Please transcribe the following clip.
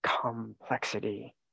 complexity